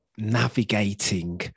navigating